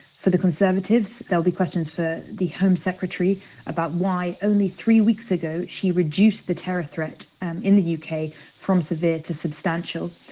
for the conservatives, there'll be questions for the home secretary about why, only three weeks ago, she reduced the terror threat in the u k. from severe to substantial.